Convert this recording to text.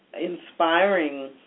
inspiring